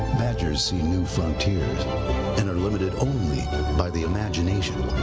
badgers see new frontiers and are limited only by the imagination.